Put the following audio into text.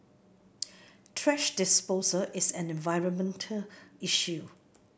thrash disposal is an environmental issue